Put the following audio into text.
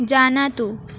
जानातु